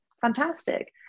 fantastic